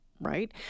right